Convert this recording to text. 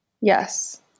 Yes